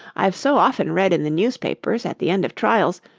i've so often read in the newspapers, at the end of trials,